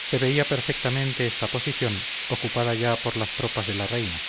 se veía perfectamente esta posición ocupada ya por las tropas de la reina